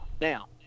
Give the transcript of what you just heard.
Now